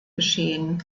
geschehen